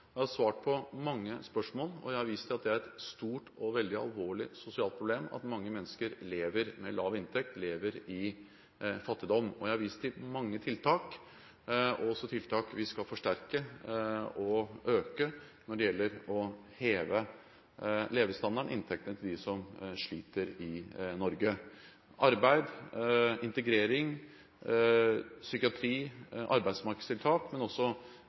Jeg har svart på mange spørsmål, og jeg har vist til at det er et stort og veldig alvorlig sosialt problem at mange mennesker lever med lav inntekt, lever i fattigdom. Jeg har vist til mange tiltak, også tiltak vi skal forsterke og øke når det gjelder å heve levestandarden og inntektene til dem som sliter i Norge: arbeid, integrering, psykiatri, arbeidsmarkedstiltak